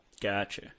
Gotcha